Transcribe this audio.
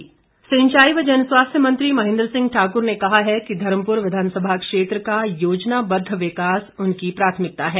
महेंद्र सिंह सिंचाई व जनस्वास्थ्य मंत्री महेंद्र सिंह ठाकुर ने कहा है कि धर्मपुर विधानसभा क्षेत्र का योजनाबद्व विकास उनकी प्राथमिकता है